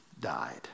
died